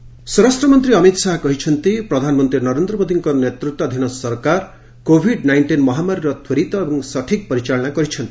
HM projects ସ୍ୱରାଷ୍ଟ୍ରମନ୍ତ୍ରୀ ଅମିତ୍ ଶାହା କହିଛନ୍ତି ପ୍ରଧାନମନ୍ତ୍ରୀ ନରେନ୍ଦ୍ର ମୋଦିଙ୍କ ନେତୃତ୍ୱାଧୀନ ସରକାର କୋଭିଡ୍ ନାଇଷ୍ଟିନ୍ ମହାମାରୀର ତ୍ୱରିତ ଏବଂ ସଠିକ୍ ପରିଚାଳନା କରିଛନ୍ତି